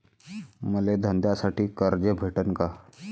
मले धंद्यासाठी कर्ज भेटन का?